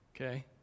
Okay